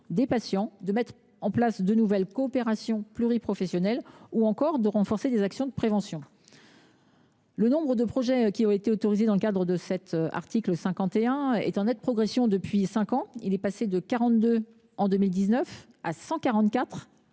des patients, de mettre en place de nouvelles coopérations pluriprofessionnelles ou encore de renforcer des actions de prévention. Le nombre de projets d’expérimentation autorisés dans le cadre de l’article 51 est en nette progression depuis cinq ans, puisqu’il est passé de 42 en 2019 à 144